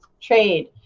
trade